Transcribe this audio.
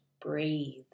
breathe